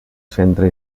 centre